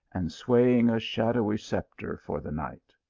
and swayed a shadowy sceptre for the night.